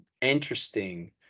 interesting